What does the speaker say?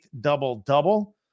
double-double